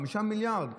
5 מיליארד.